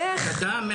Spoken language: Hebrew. תן לי להשלים.